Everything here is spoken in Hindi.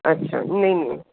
अच्छा नहीं नहीं